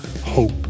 hope